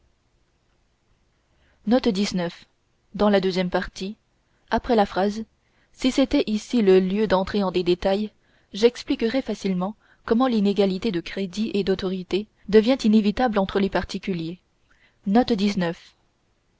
si c'était ici le lieu d'entrer en des détails j'expliquerais facilement comment l'inégalité de crédit et d'autorité devient inévitable entre les particuliers